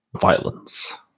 violence